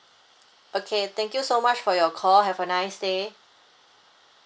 okay thank you so much for your call have a nice day